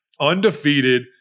undefeated